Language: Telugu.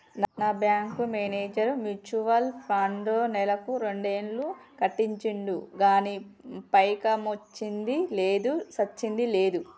గా బ్యేంకు మేనేజర్ మ్యూచువల్ ఫండ్లో నెలకు రెండేలు కట్టించిండు గానీ పైకమొచ్చ్చింది లేదు, సచ్చింది లేదు